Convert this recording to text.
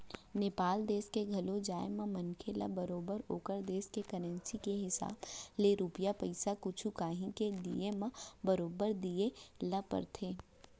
नेपाल देस के घलौ जाए म मनसे ल बरोबर ओकर देस के करेंसी के हिसाब ले रूपिया पइसा कुछु कॉंही के लिये म बरोबर दिये ल परथे